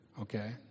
okay